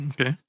Okay